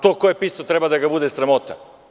To ko je pisao treba da ga bude sramota.